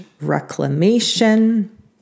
reclamation